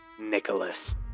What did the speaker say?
Nicholas